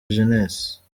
jeunesse